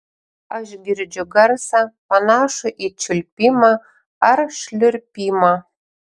aš girdžiu garsą panašų į čiulpimą ar šliurpimą